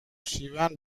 شیون